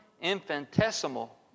infinitesimal